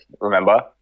remember